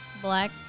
black